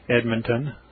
Edmonton